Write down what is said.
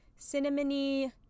cinnamony